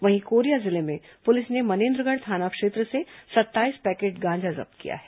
वहीं कोरिया जिले में पुलिस ने मनेन्द्रगढ़ थाना क्षेत्र से सत्ताईस पैकेट गांजा जब्त किया है